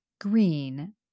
green